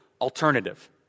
alternative